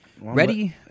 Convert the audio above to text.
ready